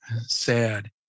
sad